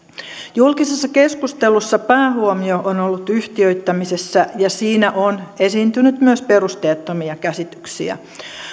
julkisessa keskustelussa päähuomio on ollut yhtiöittämisessä ja siinä on esiintynyt myös perusteettomia käsityksiä